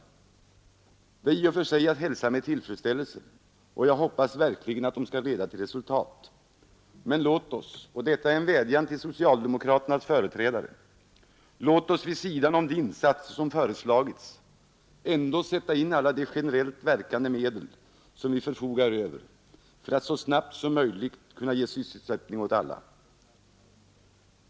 Detta är i och för sig att hälsa med tillfredställelse, och jag hoppas verkligen att åtgärderna skall leda till resultat, men låt oss — och detta är en vädjan till socialdemokraternas företrädare — vid sidan av de insatser som föreslagits ändå sätta in alla de generellt verkande medel som vi förfogar över för att så snabbt som möjligt kunna ge sysselsättning åt alla.